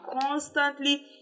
constantly